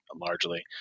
largely